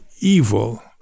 evil